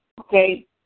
okay